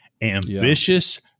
ambitious